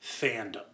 fandom